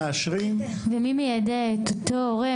מאשרים --- ומי מיידע את אותו הורה?